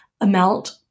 amount